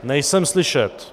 Nejsem slyšet!